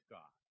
God